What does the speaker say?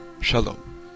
Shalom